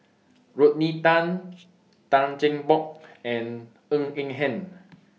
Rodney Tan Tan Cheng Bock and Ng Eng Hen